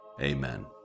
Amen